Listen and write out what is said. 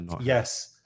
Yes